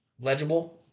legible